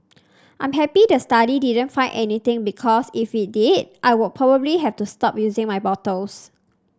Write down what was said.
I'm happy the study didn't find anything because if it did I would probably have to stop using my bottles